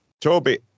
Toby